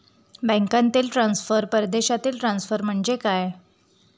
बँकांतील ट्रान्सफर, परदेशातील ट्रान्सफर म्हणजे काय?